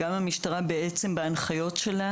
גם המשטרה בהנחיות שלה